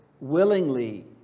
willingly